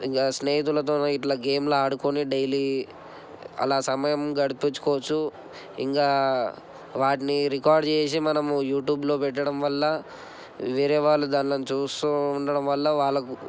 ఇంకా స్నేహితులతో ఇట్లా గేములు ఆడుకుని డైలీ అలా సమయం గడిపించుకోవచ్చు ఇంకా వాటిని రికార్డ్ చేసి మనం యూట్యూబ్లో పెట్టడం వల్ల వేరే వాళ్ళు దాన్లను చూస్తు ఉండడం వల్ల వాళ్ళకు